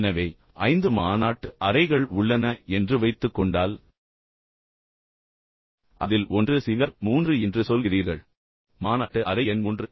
எனவே ஐந்து மாநாட்டு அறைகள் உள்ளன என்று வைத்துக் கொண்டால் அதில் ஒன்று சிஆர் மூன்று என்று சொல்கிறீர்கள் மாநாட்டு அறை எண் மூன்று